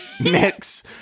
mix